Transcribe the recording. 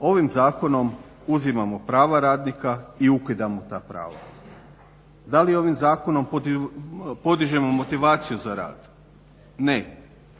Ovim zakonom uzimamo prava radnika i ukidamo ta prava. Da li ovim zakonom podižemo motivaciju za radom? Ne,